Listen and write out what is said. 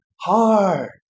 hard